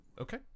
Okay